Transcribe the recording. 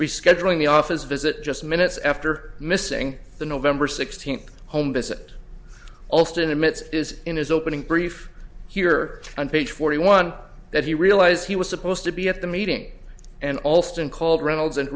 rescheduling the office visit just minutes after missing the nov sixteenth home visit alston admits is in his opening brief here on page forty one that he realized he was supposed to be at the meeting and alston called reynolds and